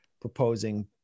proposing